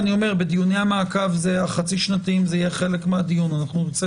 ובדיוני המעקב החצי שנתיים זה יהיה חלק מהדיון - נרצה